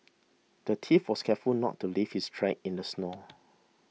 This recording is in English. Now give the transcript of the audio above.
the thief was careful not to leave his tracks in the snow